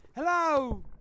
Hello